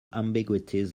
ambiguities